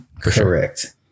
correct